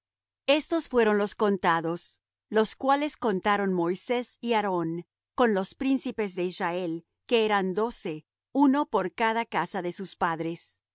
estos fueron los contados los cuales contaron moisés y aarón con los príncipes de israel que eran doce uno por cada casa de sus padres